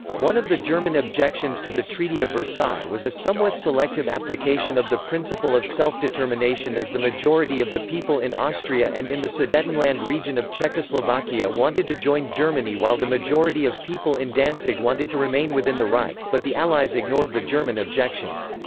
one of the german objections to the treaty of versailles was a somewhat selective application of the principle of self-determination as the majority of the people in austria and in the sudetenland region of czechoslovakia wanted to join germany while the majority of people in danzig wanted to remain within the reich, but the allies ignored the german objections.